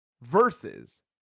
versus